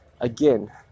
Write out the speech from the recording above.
again